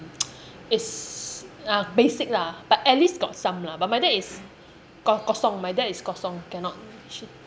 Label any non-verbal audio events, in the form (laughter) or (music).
(noise) is ah basic lah but at least got some lah but my dad is ko~ kosong my dad is kosong cannot